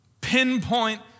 Pinpoint